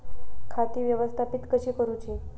खाती व्यवस्थापित कशी करूची?